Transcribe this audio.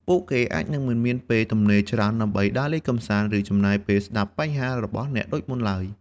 ពួកគេអាចនឹងមិនមានពេលទំនេរច្រើនដើម្បីដើរលេងកម្សាន្ត ឬចំណាយពេលស្តាប់បញ្ហារបស់អ្នកដូចមុនឡើយ។